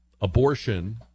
Abortion